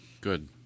good